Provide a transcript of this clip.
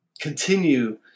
continue